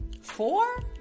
four